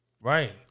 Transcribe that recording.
Right